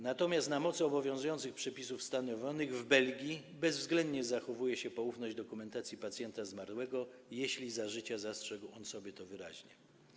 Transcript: Natomiast na mocy obowiązujących przepisów stanowionych w Belgii bezwzględnie zachowuje się poufność dokumentacji zmarłego pacjenta, jeśli za życia zastrzegł on to sobie wyraźnie.